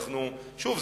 שוב,